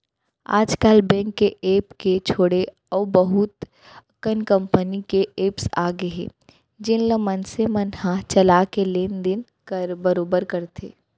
आज काल बेंक के ऐप के छोड़े अउ बहुत कन कंपनी के एप्स आ गए हे जेन ल मनसे मन ह चला के लेन देन बरोबर करथे